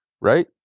right